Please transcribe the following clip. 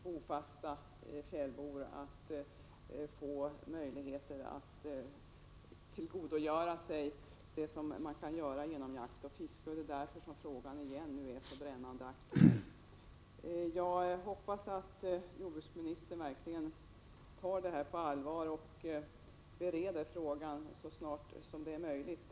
Bofasta fjällbor vill således tillgodogöra sig de möjligheter som jakten och fisket erbjuder. Därför är frågan återigen så brännande aktuell. Jag hoppas att jordbruksministern verkligen tar detta på allvar och bereder frågan så snart det är möjligt.